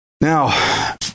Now